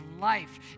life